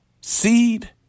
seed